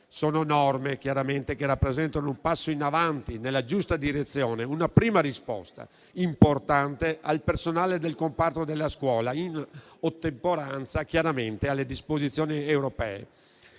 Sono norme che rappresentano un passo in avanti nella giusta direzione, una prima risposta importante per il personale del comparto della scuola, in ottemperanza alle disposizioni europee.